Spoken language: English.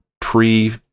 pre